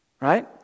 Right